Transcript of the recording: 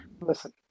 listen